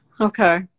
Okay